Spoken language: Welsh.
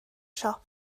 siop